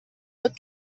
wird